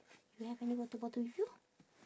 you have any water bottle with you